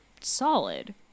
solid